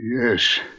Yes